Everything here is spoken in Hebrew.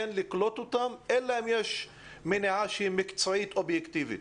לקלוט אותם אלא אם יש מניעה מקצועית אובייקטיבית.